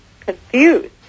confused